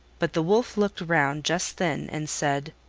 but the wolf looked round just then and said,